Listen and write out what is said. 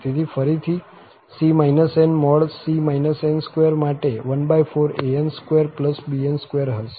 તેથી ફરીથી C nC n2 માટે 14an2bn2 હશે